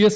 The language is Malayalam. എസ്